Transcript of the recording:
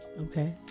Okay